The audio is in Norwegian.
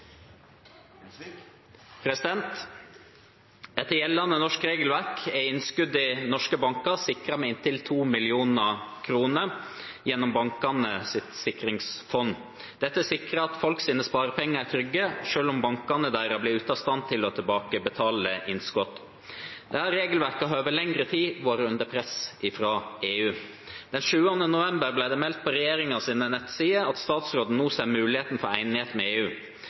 gjeldende norsk regelverk er innskudd i norske banker sikret med inntil 2 millioner kroner gjennom Bankenes sikringsfond. Dette sikrer at folks sparepenger er trygge selv om banken deres blir ute av stand til å tilbakebetale innskudd. Dette regelverket har over lengre tid vært under press